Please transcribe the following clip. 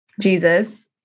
Jesus